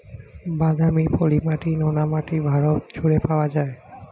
বাদামি, পলি মাটি, নোনা মাটি ভারত জুড়ে পাওয়া যায়